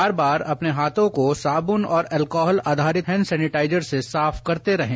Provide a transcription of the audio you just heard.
बार बार अपने हाथों को साबुन और एल्कोंहल आधारित हैंड सैनेटाइजर से साफ करते रहें